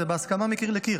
זה בהסכמה מקיר לקיר.